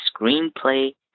screenplay